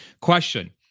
Question